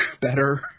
better